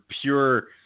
pure